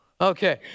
Okay